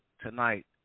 tonight